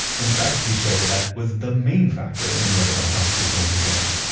in fact, he showed that was the main factor in whether a house was going to burn.